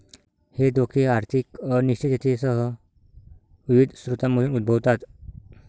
हे धोके आर्थिक अनिश्चिततेसह विविध स्रोतांमधून उद्भवतात